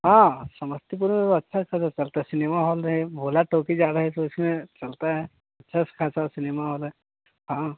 हाँ समस्तीपुर अच्छा सब यह चलते सिनेमा हॉल है भोला टॉकीज जा रहे थे उसमें चलता है सस्ता सा सिनेमा हॉल है हाँ